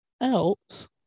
else